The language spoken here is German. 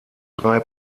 drei